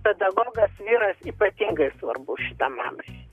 pedagogas nėra ypatingai svarbu šitam amžiuj